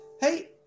hey